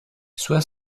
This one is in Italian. sua